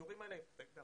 הסיורים האלה, הם